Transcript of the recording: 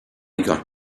got